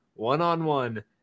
one-on-one